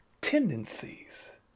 Tendencies